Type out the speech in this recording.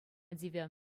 тивӗ